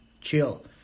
Chill